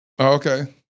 okay